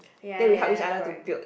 ya ya ya ya correct